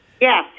Yes